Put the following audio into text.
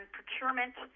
procurement